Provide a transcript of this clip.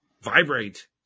vibrate